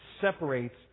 separates